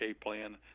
plan